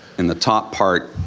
in the top part,